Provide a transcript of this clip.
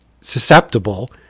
susceptible